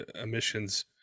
emissions